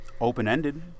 open-ended